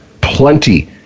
plenty